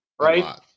Right